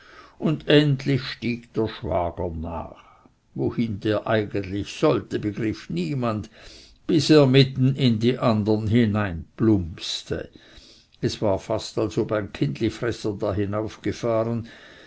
und endlich stieg der schwager nach wohin der eigentlich sollte begriff niemand bis er mitten in die andern hineinplumpte es war fast als ob ein kindlifresser da hinaufgefahren